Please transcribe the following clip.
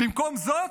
במקום זאת,